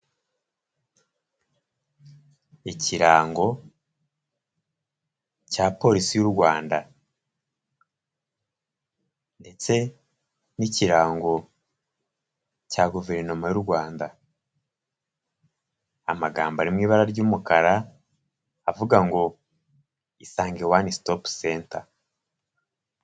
Ikirango cya polisi y'u Rwanda ndetse n'ikirango cya guverinoma y'u Rwanda, amagambo ari mu ibara ry'umukara avuga ngo: "Isange one stop center".